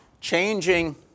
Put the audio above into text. changing